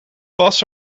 was